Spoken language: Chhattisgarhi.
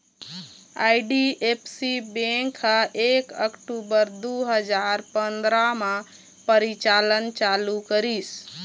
आई.डी.एफ.सी बेंक ह एक अक्टूबर दू हजार पंदरा म परिचालन चालू करिस